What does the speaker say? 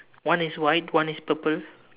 one is white one is purple